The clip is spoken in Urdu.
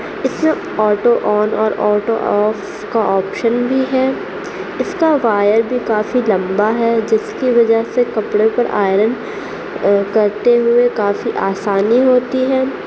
اس میں آٹو آن اور آٹو آف کا آپشن بھی ہے اس کا وائر بھی کافی لمبا ہے جس کی وجہ سے کپڑے پر آئرن کرتے ہوئے کافی آسانی ہوتی ہے